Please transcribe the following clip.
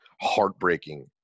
heartbreaking